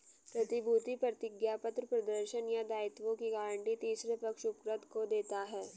प्रतिभूति प्रतिज्ञापत्र प्रदर्शन या दायित्वों की गारंटी तीसरे पक्ष उपकृत को देता है